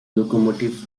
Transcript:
locomotives